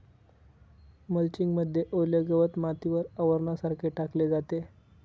mulching मध्ये ओले गवत मातीवर आवरणासारखे टाकले जाते